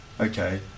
okay